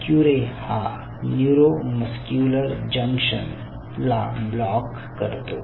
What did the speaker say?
क्युरे हा neuromuscular junction ला block करतो